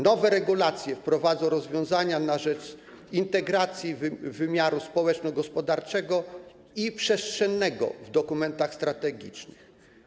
Nowe regulacje wprowadzą rozwiązania na rzecz integracji wymiaru społeczno-gospodarczego i przestrzennego w dokumentach strategicznych.